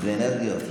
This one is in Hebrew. איזה אנרגיות.